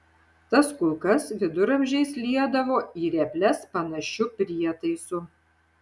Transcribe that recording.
tas kulkas viduramžiais liedavo į reples panašiu prietaisu